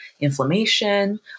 inflammation